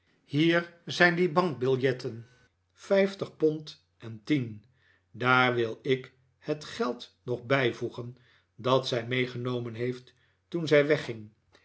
hier zijn die bankbiljetten vijftig pond en tien daar wil ik het geld nog bijvoegen dat zij meegenomen heeft toen zij wegging